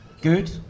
good